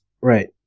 Right